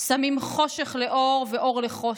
שמים חושך לאור ואור לחושך,